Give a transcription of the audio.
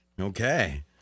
Okay